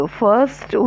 first